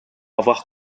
avoir